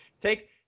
Take